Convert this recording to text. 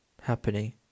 happening